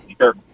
Sure